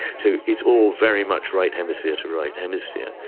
so it's all very much right hemisphere to right hemisphere.